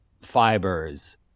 fibers